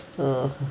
mm